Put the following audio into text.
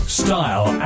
style